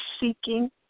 seeking